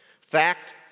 Fact